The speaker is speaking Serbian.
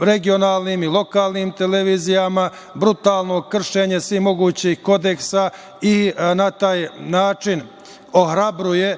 regionalnim i lokalnim televizijama, brutalno kršenje svih mogućih kodeksa i na taj način ohrabruje